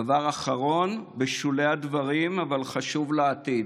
דבר אחרון, בשולי הדברים, אבל חשוב לעתיד: